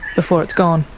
before it's gone?